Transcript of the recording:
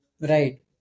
Right